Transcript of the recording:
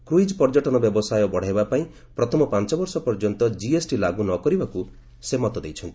cruise ପର୍ଯ୍ୟଟନ ବ୍ୟବସାୟ ବଢ଼ାଇବା ପାଇଁ ପ୍ରଥମ ପାଞ୍ଚବର୍ଷ ପର୍ଯ୍ୟନ୍ତ ଜିଏସ୍ଟି ଲାଗୁ ନ କରିବାକୁ ସେ ମତ ଦେଇଛନ୍ତି